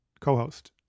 co-host